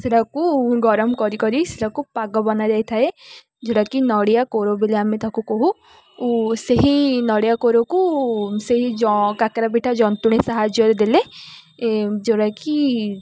ସେଟାକୁ ଗରମ କରି କରି ସେଟାକୁ ପାଗ ବନାଯାଇଥାଏ ଯେଉଁଟାକି ନଡ଼ିଆ କୋର ବୋଲି ଆମେ ତାକୁ କହୁ ଓ ସେହି ନଡ଼ିଆ କୋରକୁ ସେହି କାକରା ପିଠା ଜନ୍ତୁଣୀ ସାହାଯ୍ୟରେ ଦେଲେ ଯେଉଁଟାକି